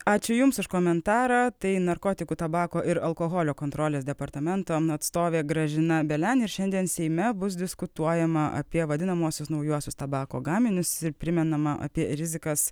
ačiū jums už komentarą tai narkotikų tabako ir alkoholio kontrolės departamento atstovė gražina belen ir šiandien seime bus diskutuojama apie vadinamuosius naujuosius tabako gaminius ir primenama apie rizikas